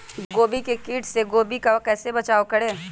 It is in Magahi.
गोभी के किट से गोभी का कैसे बचाव करें?